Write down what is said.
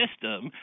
system